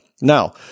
Now